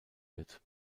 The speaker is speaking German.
wird